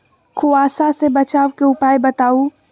कुहासा से बचाव के उपाय बताऊ?